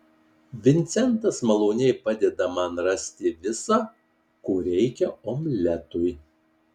vincentas maloniai padeda man rasti visa ko reikia omletui